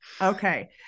Okay